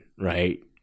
right